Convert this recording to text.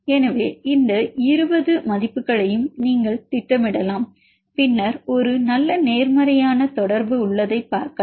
எனவே இந்த 20 மதிப்புகளையும் நீங்கள் திட்டமிடலாம் பின்னர் ஒரு நல்ல நேர்மறையான தொடர்பு உள்ளதை பார்க்கலாம்